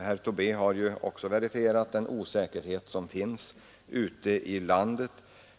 Herr Tobé har också verifierat den osäkerhet som råder ute i landet.